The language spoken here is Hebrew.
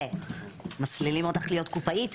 מסלילים אותך להיות קופאית.